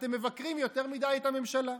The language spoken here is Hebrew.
אתם מבקרים יותר מדי את הממשלה.